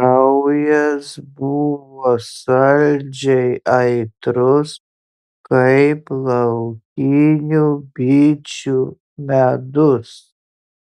kraujas buvo saldžiai aitrus kaip laukinių bičių medus